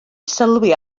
sylwi